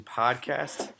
podcast